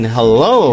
Hello